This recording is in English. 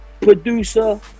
producer